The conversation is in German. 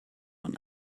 man